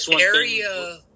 area